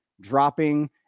dropping